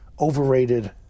overrated